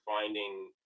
finding